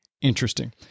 interesting